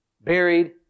buried